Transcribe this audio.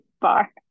bar